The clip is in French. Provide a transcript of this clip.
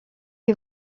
les